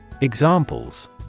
Examples